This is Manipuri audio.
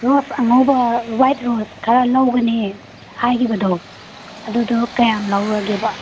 ꯔꯣꯁ ꯑꯉꯧꯕ ꯋꯥꯏꯠ ꯔꯣꯁ ꯈꯔ ꯂꯧꯒꯅꯤ ꯍꯥꯏꯒꯤꯕꯗꯣ ꯑꯗꯨꯗꯣ ꯀꯌꯥꯝ ꯂꯧꯔꯒꯦꯕ